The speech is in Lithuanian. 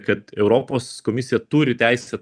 kad europos komisija turi teisę